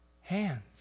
hands